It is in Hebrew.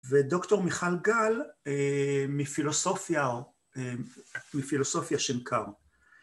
ודוקטור מיכל גל מפילוסופיה, מפילוסופיה שנקר.